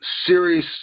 Serious